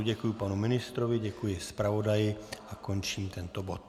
Děkuji panu ministrovi, děkuji zpravodaji a končím tento bod.